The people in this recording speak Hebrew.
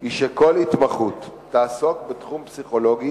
היא שכל התמחות תעסוק בטיפול פסיכולוגי